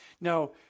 Now